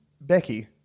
Becky